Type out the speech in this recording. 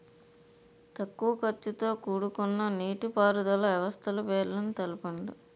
తక్కువ ఖర్చుతో కూడుకున్న నీటిపారుదల వ్యవస్థల పేర్లను తెలపండి?